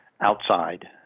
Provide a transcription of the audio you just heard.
outside